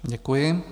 Děkuji.